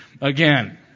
again